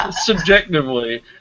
subjectively